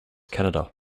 canada